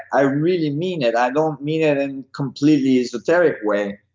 i really mean it. i don't mean it in completely esoteric way.